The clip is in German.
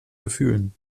gefühlen